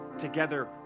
together